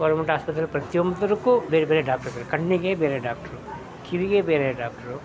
government ಆಸ್ಪತ್ರೆ ಪ್ರತಿಯೊಂದಕ್ಕೂ ಬೇರೆ ಬೇರೆ ಡಾಕ್ಟ್ ಇದ್ದಾರೆ ಕಣ್ಣಿಗೆ ಬೇರೆ ಡಾಕ್ಟ್ರು ಕಿವಿಗೆ ಬೇರೆ ಡಾಕ್ಟ್ರು